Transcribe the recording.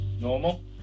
Normal